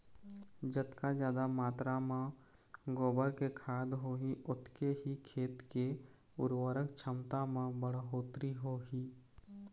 जतका जादा मातरा म गोबर के खाद होही ओतके ही खेत के उरवरक छमता म बड़होत्तरी होही